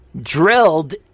drilled